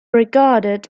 regarded